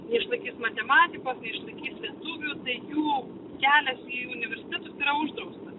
neišlaikys matematikos neišlaikys lietuvių tai jų kelias į universitetus yra uždraustas